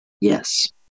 yes